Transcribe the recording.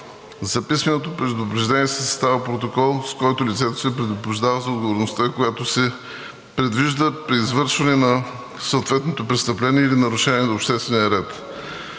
За писменото предупреждение се съставя протокол, с който лицето се предупреждава за отговорността, която се предвижда при извършване на съответното престъпление или нарушение на обществения ред.“